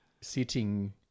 sitting